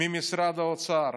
ממשרד האוצר,